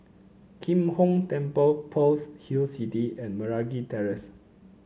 Kim Hong Temple Pearl's Hill City and Meragi Terrace